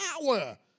power